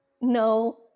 No